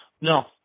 No